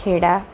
Kheda